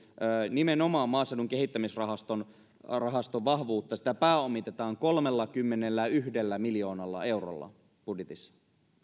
nimenomaan maaseudun kehittämisrahaston vahvuutta pääomitetaan kolmellakymmenelläyhdellä miljoonalla eurolla budjetissa